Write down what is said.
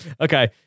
Okay